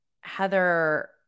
Heather